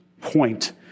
point